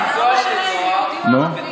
זה בית-סוהר לנוער, עם פיקוח.